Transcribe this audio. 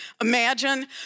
imagine